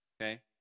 okay